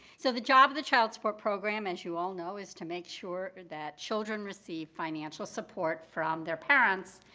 so the job of the child support program, as you all know, is to make sure that children receive financial support from their parents,